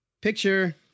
Picture